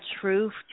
truth